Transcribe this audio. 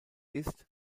ist